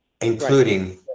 including